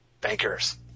Bankers